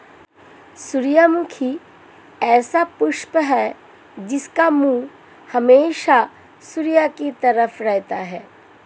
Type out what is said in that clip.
सूरजमुखी ऐसा पुष्प है जिसका मुंह हमेशा सूर्य की तरफ रहता है